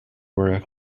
were